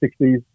60s